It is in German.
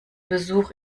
besuch